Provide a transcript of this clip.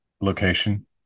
location